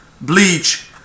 bleach